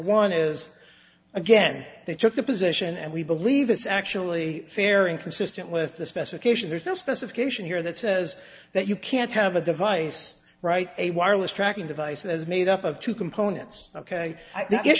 one is again they took the position and we believe it's actually fair inconsistent with the specification there's no specification here that says that you can't have a device right a wireless tracking device is made up of two components ok i